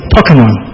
Pokemon